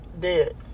Dead